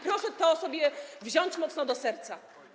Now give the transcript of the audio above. Proszę to sobie wziąć mocno do serca.